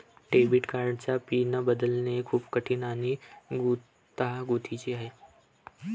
debit कार्डचा PIN बदलणे खूप कठीण आणि गुंतागुंतीचे आहे